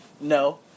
No